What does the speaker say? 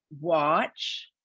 watch